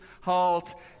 halt